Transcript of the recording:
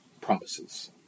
promises